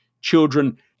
children